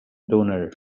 donor